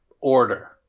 order